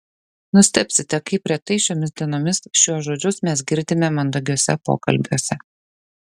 nustebsite kaip retai šiomis dienomis šiuos žodžius mes girdime mandagiuose pokalbiuose